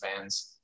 fans